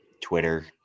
Twitter